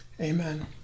Amen